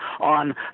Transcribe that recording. on